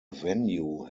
venue